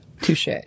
Touche